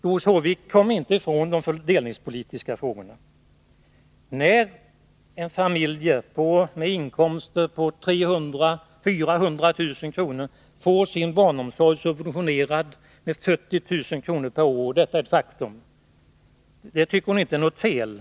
Doris Håvik kommer inte ifrån de fördelningspolitiska frågorna. Att en familj med inkomster på 300 000-400 000 kr. får sin barnomsorg subventionerad med 40 000 kr. per år — detta är ett faktum — tycker Doris Håvik inte är fel.